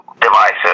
devices